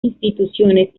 instituciones